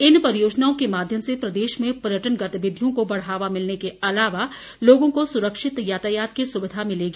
इन परियोजनाओं के माध्यम से प्रदेश में पर्यटन गतिविधियों को बढ़ावा मिलने के अलावा लोगों को सुरक्षित यातायात की सुविधा मिलेगी